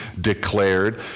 declared